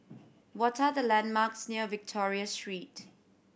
what are the landmarks near Victoria Street